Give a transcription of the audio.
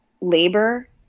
labor